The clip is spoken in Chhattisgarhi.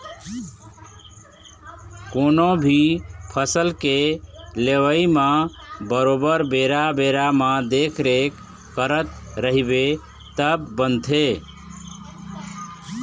कोनो भी फसल के लेवई म बरोबर बेरा बेरा म देखरेख करत रहिबे तब बनथे